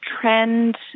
trend